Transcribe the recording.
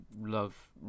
love